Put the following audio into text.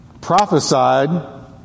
prophesied